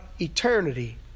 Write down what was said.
eternity